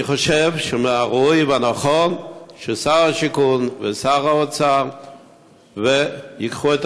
אני חושב שמן הראוי והנכון ששר השיכון ושר האוצר ייקחו את